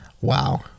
Wow